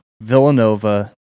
Villanova